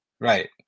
right